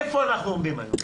איפה אנחנו עומדים היום?